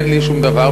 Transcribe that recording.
אין לי שום דבר,